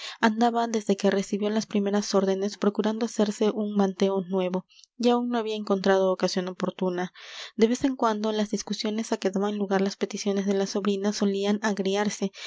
andaba desde que recibió las primeras órdenes procurando hacerse un manteo nuevo y aún no había encontrado ocasión oportuna de vez en cuando las discusiones á que daban lugar las peticiones de la sobrina solían agriarse y